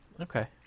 Okay